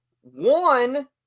One